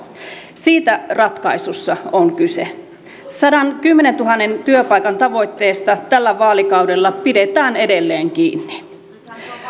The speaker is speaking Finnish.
siitä ratkaisussa on kyse sadankymmenentuhannen työpaikan tavoitteesta tällä vaalikaudella pidetään edelleen kiinni